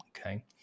okay